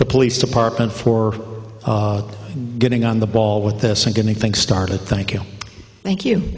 the police department for getting on the ball with this and getting things started thank you thank you